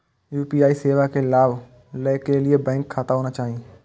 UPI सेवा के लाभ लै के लिए बैंक खाता होना चाहि?